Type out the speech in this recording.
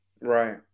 Right